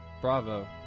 Bravo